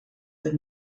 der